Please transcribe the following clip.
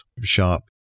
shop